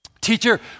Teacher